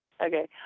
okay